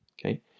okay